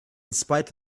spite